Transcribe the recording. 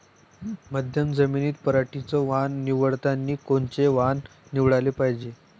मध्यम जमीनीत पराटीचं वान निवडतानी कोनचं वान निवडाले पायजे?